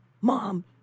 Mom